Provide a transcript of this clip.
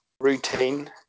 routine